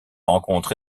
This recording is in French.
rencontre